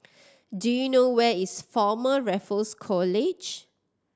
do you know where is Former Raffles College